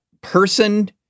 person